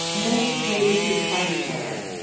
i'm going to just play the two beside each other.